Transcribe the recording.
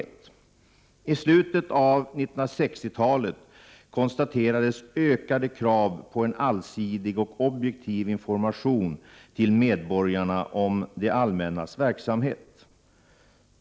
31 I slutet av 1960-talet konstaterades ökade krav på en allsidig och objektiv information till medborgarna om det allmännas verksamhet.